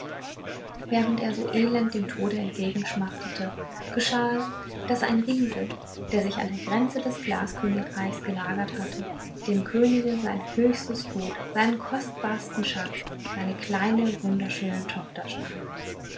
während er so elend dem tode entgegenschmachtete geschah es daß ein riese der sich an der grenze des glaskönigreichs gelagert hatte dem könige sein höchstes gut seinen kostbarsten schatz seine kleine wunderschöne tochter